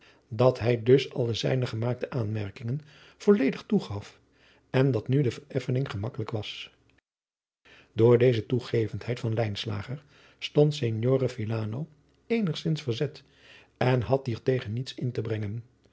dat hij dus alle zijne gemaakte aanmerkingen volledig toegaf en dat nu de vereffening gemakkelijk was door deze toegevendheid van lijnslager stond signore villano eenigzins verzet en had hier tegen niets in te brengen